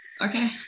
Okay